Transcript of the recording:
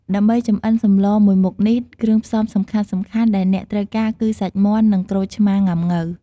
ដើម្បីចម្អិនសម្លមួយមុខនេះ គ្រឿងផ្សំសំខាន់ៗដែលអ្នកត្រូវការគឺ សាច់មាន់ និង ក្រូចឆ្មាងុាំង៉ូវ។